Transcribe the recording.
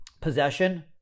possession